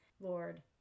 Lord